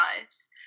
lives